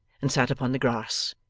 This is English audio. and sat upon the grass,